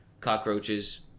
cockroaches